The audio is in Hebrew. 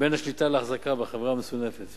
בין השליטה לאחזקה בחברות המסונפות